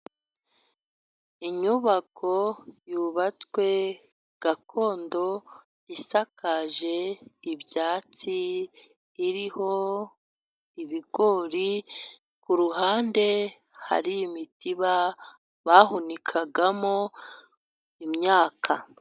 Inyubako yubatswe gakondo, isakaje ibyatsi, iriho ibigori ku ruhande hari imitiba bahunikagamo imyaka.